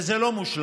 וזה לא מושלם,